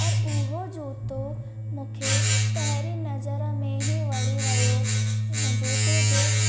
और उहो जूतो मूंखे पहिरीं नज़र में ई वणी वियो उन जूते जो